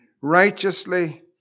righteously